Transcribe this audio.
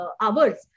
hours